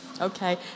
okay